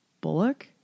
Bullock